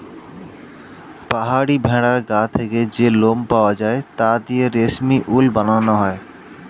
পাহাড়ি ভেড়ার গা থেকে যে লোম পাওয়া যায় তা দিয়ে রেশমি উল বানানো হয়